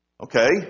Okay